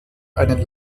einen